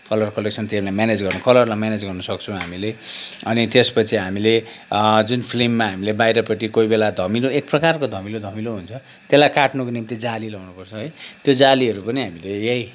colour collection तिनीहरूले manage गर्नु कलरलाई म्यानेज गर्न सक्छौँ हामीले अनि त्यसपछि हामीले जुन फिल्ममा हामीले बाहिरपट्टि कोही बेला धमिलो एक प्रकारको धमिलो धमिलो हुन्छ त्यसलाई काट्नको निम्ति जाली लगाउँनुपर्छ है त्यो जालीहरू पनि हामीले यही